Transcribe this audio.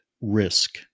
risk